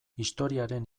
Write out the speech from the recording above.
historiaren